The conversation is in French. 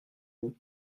vous